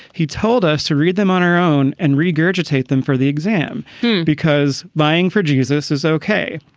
he told us to read them on our own and regurgitate them for the exam because buying for jesus is okay.